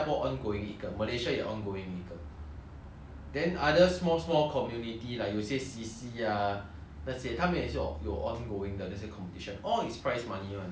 then other small small community like 有些 C_C ah 那些他们也是有 ongoing 的那些 competition all its prize money [one] they have sponsors and all